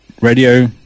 radio